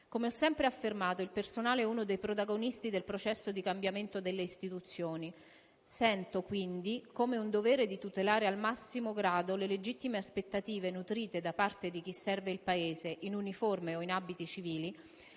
Come ho sempre affermato, il personale è uno dei protagonisti del processo di cambiamento delle istituzioni; sento, quindi, come un dovere il tutelare al massimo grado le legittime aspettative nutrite da parte di chi serve il Paese, in uniforme o in abiti civili,